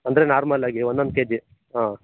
ಅಂದರೆ ನಾರ್ಮಲ್ಲಾಗಿ ಒಂದೊಂದು ಕೆಜಿ ಹಾಂ